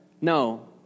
No